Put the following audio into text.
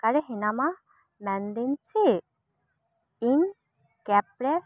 ᱚᱠᱟᱨᱮ ᱦᱤᱱᱟᱢᱼᱟ ᱢᱮᱱᱫᱤᱧ ᱪᱮᱫ ᱤᱧ ᱠᱮᱯ ᱨᱮ